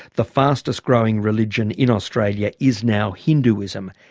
the fastest growing religion in australia is now hinduism.